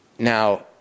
Now